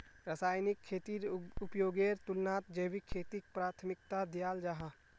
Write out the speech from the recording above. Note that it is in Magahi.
रासायनिक खेतीर उपयोगेर तुलनात जैविक खेतीक प्राथमिकता दियाल जाहा